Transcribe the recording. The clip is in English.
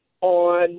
on